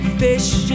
fish